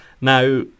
Now